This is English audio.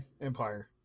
Empire